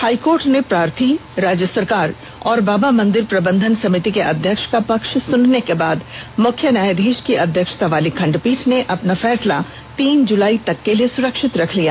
high court ने प्रार्थी राज्य सरकार और बाबा मंदिर प्रबंधन समिति के अध्यक्ष का पक्ष सुनने के बाद मुख्य न्यायाधीश की अध्यक्षतावाली खंडपीठ ने अपना फैसला तीन जुलाई तक के लिए सुरक्षित रख लिया